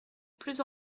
plus